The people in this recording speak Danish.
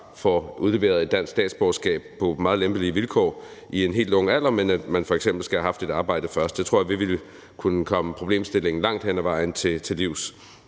får udleveret et dansk statsborgerskab på meget lempelige vilkår i en helt ung alder, men at man f.eks. skal have haft et arbejde først. Det tror jeg vitterlig langt hen ad vejen kunne